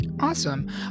Awesome